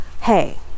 hey